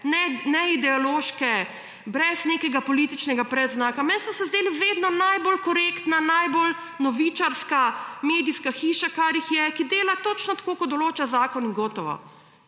neideološke brez nekega političnega predznaka meni so se zdeli vedno najbolj korektna najbolj novičarska medijska hiša, kar jih je, ki dela točno tako kot določa zakon in gotovo.